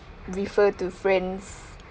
refer to friends